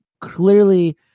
clearly